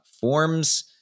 Forms